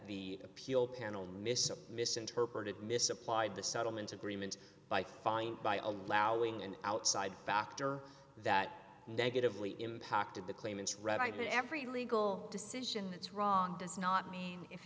the appeal panel misses misinterpreted misapplied the settlement agreement by fine by allowing an outside factor that negatively impacted the claimants read i mean every legal decision that's wrong does not mean if